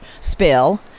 spill